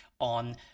on